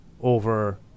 over